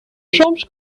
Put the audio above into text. soms